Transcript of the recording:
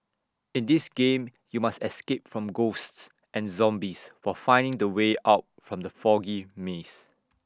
in this game you must escape from ghosts and zombies while finding the way out from the foggy maze